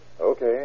Okay